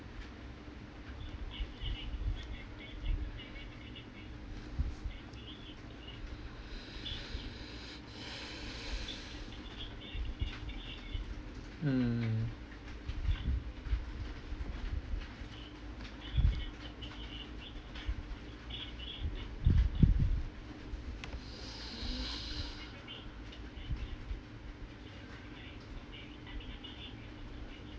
mm